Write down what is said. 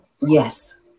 Yes